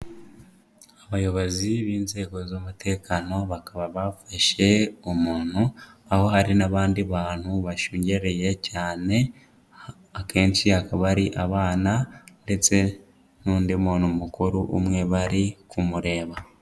Abayobozi b'inzego z'umutekano bakaba bafashe umuntu, aho hari n'abandi bantu bashungereye cyane, akenshi akaba ari abana, ndetse n'undi muntu mukuru umwe, bari kumureba.